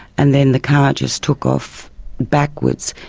and then the car just took off backwards,